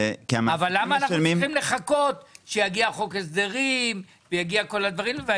למה אנחנו צריכים לחכות שיגיע חוק הסדרים והאישורים